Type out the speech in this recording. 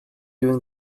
doing